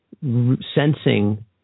sensing